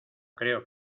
creo